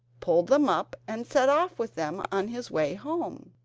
pulled them up and set off with them on his way home.